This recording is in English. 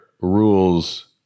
rules